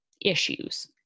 issues